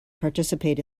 participate